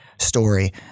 story